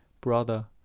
brother